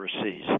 overseas